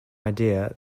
idea